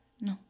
No